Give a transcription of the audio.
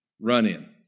run-in